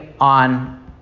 on